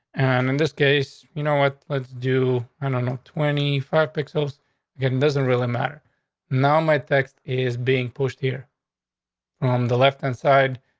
and in this case, you know what? let's do i don't know, twenty five pixels getting doesn't really matter now. my is being pushed here from the left inside.